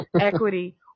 equity